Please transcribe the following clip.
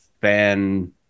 fan